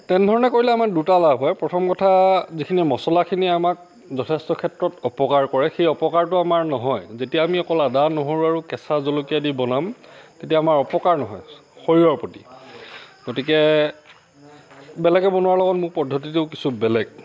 তেনেধৰণে কৰিলে আমাৰ দুটা লাভ হয় প্ৰথম কথা যিখিনি মচলাখিনিয়ে আমাক যথেষ্ট ক্ষেত্ৰত অপকাৰ কৰে সেই অপকাৰটো আমাৰ নহয় যেতিয়া আমি অকল আদা নহৰু আৰু কেঁচা জলকীয়া দি বনাম তেতিয়া আমাৰ অপকাৰ নহয় শৰীৰৰ প্ৰতি গতিকে বেলেগে বনোৱাৰ লগত মোৰ পদ্ধতিটো কিছু বেলেগ